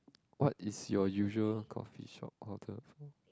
what is your usual coffee shop order